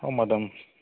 ହଁ ମ୍ୟାଡ଼ାମ୍